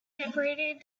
separated